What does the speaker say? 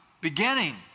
beginning